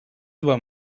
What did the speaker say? два